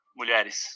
mulheres